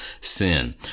sin